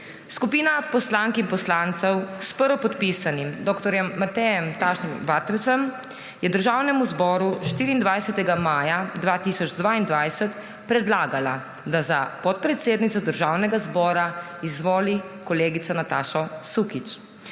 Skupina poslank in poslancev s prvopodpisanim dr. Matejem Tašnerjem Vatovcem je Državnemu zboru 24. maja 2022 predlagala, da za podpredsednico Državnega zbora izvoli kolegico Natašo Sukič.